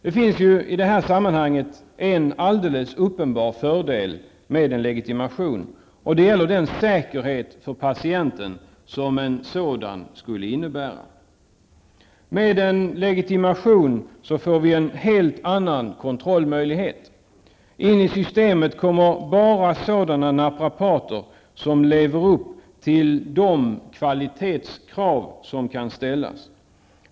Det finns ju i det här sammanhanget en alldeles uppenbar fördel med en legitimation, nämligen den säkerhet för patienten som en sådan skulle innebära. Med en legitimation får vi en helt annan kontrollmöjlighet. In i systemet kommer bara sådana naprapater som lever upp till de kvalitetskrav som kan ställas.